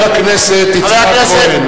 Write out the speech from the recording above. חבר הכנסת יצחק כהן,